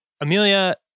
Amelia